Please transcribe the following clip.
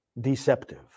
deceptive